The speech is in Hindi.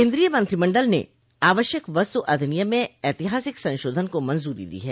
केन्द्रीय मंत्रिमंडल ने आवश्यक वस्तु अधिनियम में ऐतिहासिक संशोधन को मंजूरी दी है